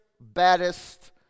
baddest